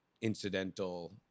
incidental